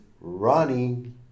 Ronnie